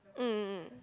mm mm mm